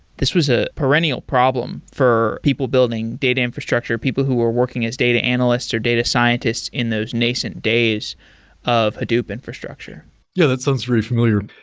this was a perennial problem for people building data infrastructure, people who were working as data analysts or data scientists in those nascent days of hadoop infrastructure yeah, that sounds very familiar.